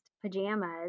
pajamas